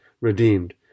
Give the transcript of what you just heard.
redeemed